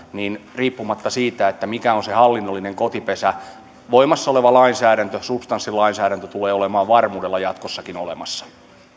riippumatta siitä mikä on se hallinnollinen kotipesä voimassa oleva lainsäädäntö substanssilainsäädäntö tulee olemaan varmuudella jatkossakin olemassa